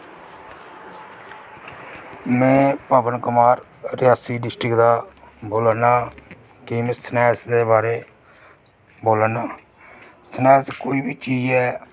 में पवन कुमार रियासी डिस्ट्रिक्ट दा बोल्ला ना ते में स्नैक्स दे बारै च बोल्ला ना स्नैक्स कोई बी चीज़ ऐ